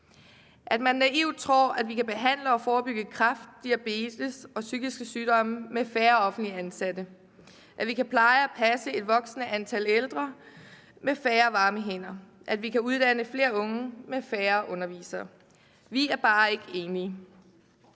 at man naivt tror, at vi kan behandle og forebygge kræft, diabetes og psykiske sygdomme med færre offentligt ansatte, at vi kan pleje og passe et voksende antal ældre med færre varme hænder, og at vi kan uddanne flere unge med færre undervisere. Vi er bare ikke enige.